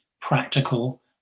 practical